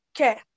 Okay